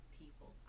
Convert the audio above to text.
people